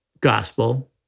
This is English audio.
gospel